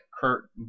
Kurt